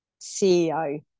CEO